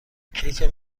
کیک